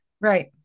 Right